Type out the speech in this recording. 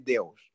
Deus